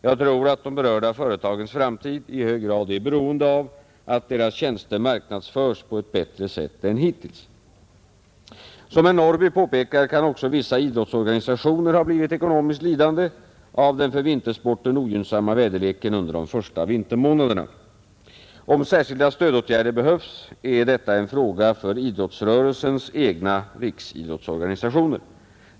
Jag tror att de berörda företagens framtid i hög grad är beroende av att deras tjänster marknadsförs på ett bättre sätt än hittills. Som herr Norrby påpekar kan också vissa idrottsorganisationer ha blivit ekonomiskt lidande av den för vintersporten ogynnsamma väderleken under de första vintermånaderna. Om särskilda stödåtgärder behövs, är detta en fråga för idrottsrörelsens egna riksidrottsorganisationer.